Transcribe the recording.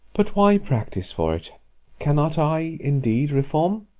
but why practise for it cannot i indeed reform